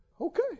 okay